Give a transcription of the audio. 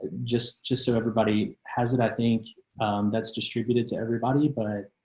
just, just so everybody has it. i think that's distributed to everybody, but